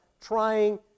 trying